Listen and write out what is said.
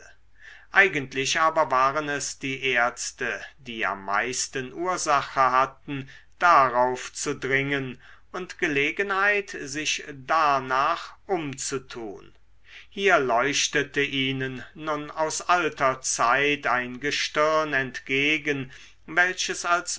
eigentlich aber waren es die ärzte die am meisten ursache hatten darauf zu dringen und gelegenheit sich darnach umzutun hier leuchtete ihnen nun aus alter zeit ein gestirn entgegen welches als